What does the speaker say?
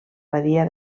badia